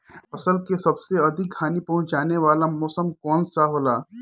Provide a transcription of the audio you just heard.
फसल के सबसे अधिक हानि पहुंचाने वाला मौसम कौन हो ला?